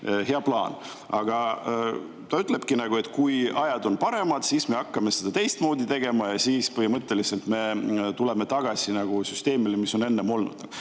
Hea plaan. Aga ta ütlebki, et kui ajad on paremad, siis me hakkame seda teistmoodi tegema ja tuleme põhimõtteliselt tagasi süsteemi juurde, mis on enne olnud.